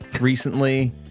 recently